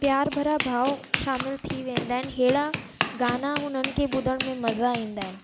प्यार भरा भावु शामिलु थी वेंदा आहिनि अहिड़ा गाना हुननि खे ॿुधण में मज़ा ईंदा आहिनि